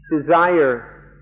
desire